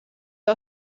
our